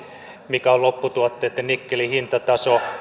mikä on lopputuotteitten nikkelin hintataso